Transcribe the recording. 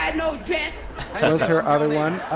and no dress that was her other one.